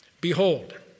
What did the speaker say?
behold